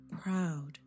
proud